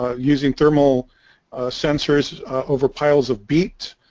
um using thermal sensors over piles of beat